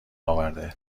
اورده